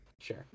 Sure